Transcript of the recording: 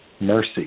mercy